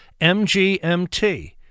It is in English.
MGMT